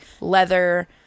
leather